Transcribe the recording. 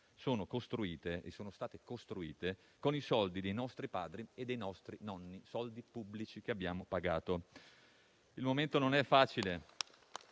- ricordo - sono state costruite con i soldi dei nostri padri e dei nostri nonni, soldi pubblici che abbiamo pagato. Il momento non è facile,